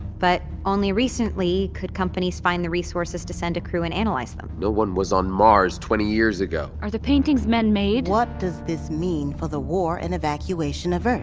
but only recently could companies find the resources to send a crew and analyze them no one was on mars twenty years ago! are the paintings man-made? what does this mean for the war and evacuation of earth?